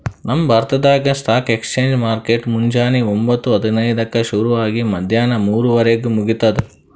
ನಮ್ ಭಾರತ್ದಾಗ್ stock exchange market ಮುಂಜಾನಿ ಒಂಬತ್ತು ಹದಿನೈದಕ್ಕ ಶುರು ಆಗಿ ಮದ್ಯಾಣ ಮೂರುವರಿಗ್ ಮುಗಿತದ್